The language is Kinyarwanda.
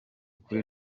kuri